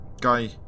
guy